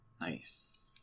Nice